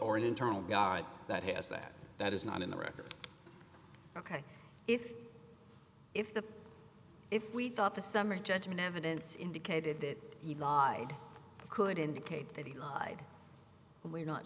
or an internal guide that has that that is not in the record ok if if the if we thought the summary judgment evidence indicated that he lied could indicate that he lied we're not